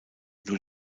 nur